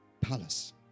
palace